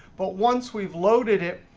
but once we've loaded it,